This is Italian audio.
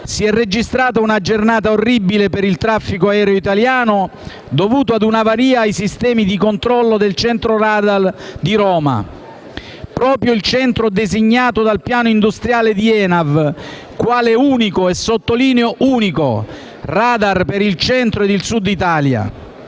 si è registrata una giornata orribile per il traffico aereo italiano, dovuta a un'avaria ai sistemi di controllo del centro *radar* di Roma: proprio il centro designato dal piano industriale di ENAV quale unico - e sottolineo unico - *radar* per il Centro e il Sud Italia.